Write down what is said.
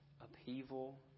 upheaval